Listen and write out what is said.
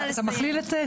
נא לסיים.